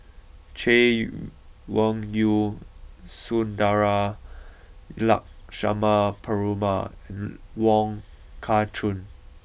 Chay Weng Yew Sundara Lakshmana Perumal Wong Kah Chun